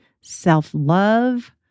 self-love